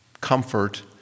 comfort